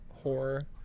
horror